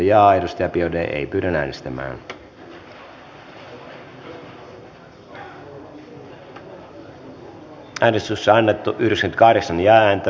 eva biaudet on johanna ojala niemelän kannattamana ehdottanut että luku poistetaan